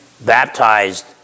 baptized